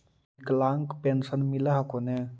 विकलांग पेन्शन मिल हको ने?